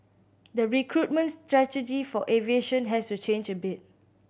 the recruitment strategy for aviation has to change a bit